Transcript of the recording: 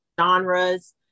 genres